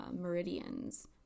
meridians